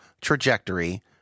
trajectory